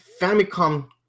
Famicom